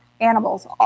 animals